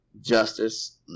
justice